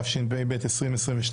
התשפ"ב-2022,